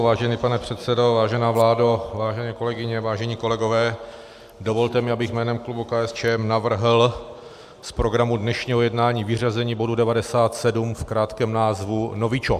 Vážený pane předsedo, vážená vládo, vážené kolegyně, vážení kolegové, dovolte mi, abych jménem klubu KSČ navrhl z programu dnešního jednání vyřazení bodu 97 v krátkém názvu novičok.